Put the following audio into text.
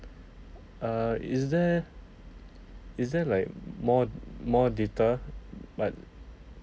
err is there is there like more more data but